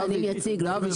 דוד,